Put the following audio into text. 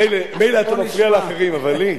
מילא אתה מפריע לאחרים, אבל לי?